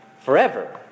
forever